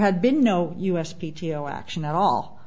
had been no u s p t o action at all